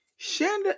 Shanda